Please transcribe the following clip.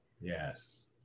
Yes